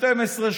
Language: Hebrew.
12,